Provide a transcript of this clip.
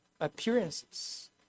appearances